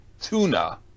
tuna